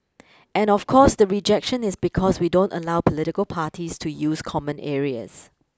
and of course the rejection is because we don't allow political parties to use common areas